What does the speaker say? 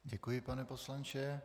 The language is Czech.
Děkuji, pane poslanče.